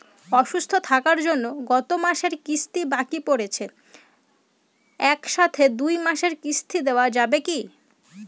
অসুস্থ থাকার জন্য গত মাসের কিস্তি বাকি পরেছে এক সাথে দুই মাসের কিস্তি দেওয়া যাবে কি?